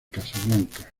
casablanca